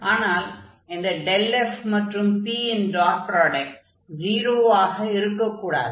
ஆனால் இந்த ∇f மற்றும் p ன் டாட் ப்ராடக்ட் 0 ஆக இருக்கக் கூடாது